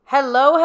Hello